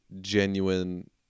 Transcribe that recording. genuine